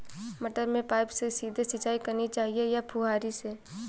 मटर में पाइप से सीधे सिंचाई करनी चाहिए या फुहरी से?